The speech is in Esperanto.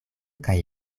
kaj